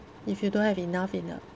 if you don't have enough in a